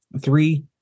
three